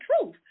truth